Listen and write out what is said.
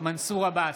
מנסור עבאס,